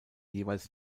jeweils